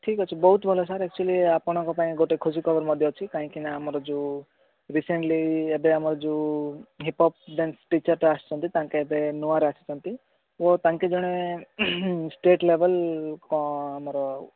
ଠିକ୍ ଅଛି ବହୁତ ଭଲ ସାର୍ ଆକ୍ଚୁଆଲି ଆପଣଙ୍କ ପାଇଁ ଗୋଟେ ଖୁସି ଖବର ମଧ୍ୟ ଅଛି କାହିଁକିନା ଆମର ଯେଉଁ ରିସେଣ୍ଟଲି ଏବେ ଆମର ଯେଉଁ ହିପ୍ପପ୍ ଡ୍ୟାନ୍ସ ଟିଚର୍ସଟେ ଆସିଛନ୍ତି ତାଙ୍କେ ଏବେ ନୂଆରେ ଆସିଛନ୍ତି ଏବଂ ତାଙ୍କେ ଜଣେ ଷ୍ଟେଟ୍ ଲେବଲ୍ ଆମର